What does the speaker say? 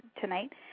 tonight